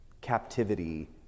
captivity